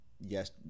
Yes